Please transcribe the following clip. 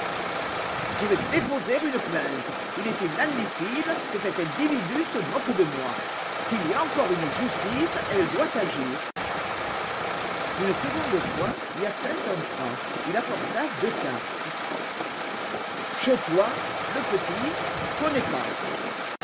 je vais déposer une plainte il est inadmissible que cet individu se moque de moi s'il y a encore une justice elle doit agir une seconde fois hyacinthe entra il apporta deux cartes chotois lepetit connais pas